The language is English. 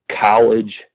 college